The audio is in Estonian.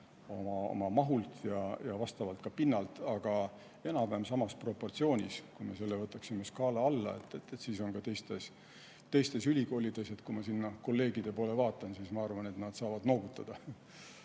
oma mahult ja vastavalt ka pinnalt, aga enam-vähem samas proportsioonis on see, kui me võtaksime skaala ette, ka teistes ülikoolides. Kui ma sinna kolleegide poole vaatan, siis ma arvan, et nad saavad noogutada.